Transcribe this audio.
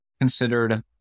considered